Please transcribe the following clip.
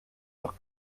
noch